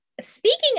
speaking